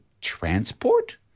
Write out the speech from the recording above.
transport